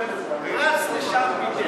רץ לשם וביקש.